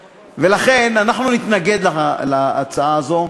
ולכן, אנחנו נתנגד להצעה הזאת,